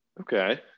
Okay